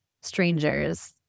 Strangers